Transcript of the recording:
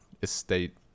estate